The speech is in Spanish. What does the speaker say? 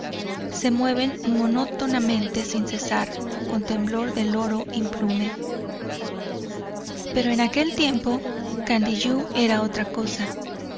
se mueven monótonamente sin cesar con temblor de loro implume pero en aquel tiempo candiyú era otra cosa